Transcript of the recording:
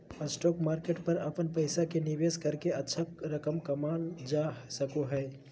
stock market पर अपन पैसा के निवेश करके अच्छा रकम कमावल जा सको हइ